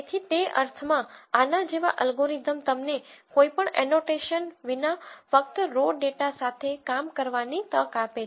તેથી તે અર્થમાં આના જેવા અલ્ગોરિધમ તમને કોઈપણ એનોટેશન વિના ફક્ત રો ડેટા સાથે કામ કરવાની તક આપે છે